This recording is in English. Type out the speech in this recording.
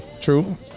True